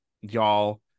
y'all